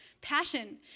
passion